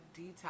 detox